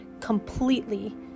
completely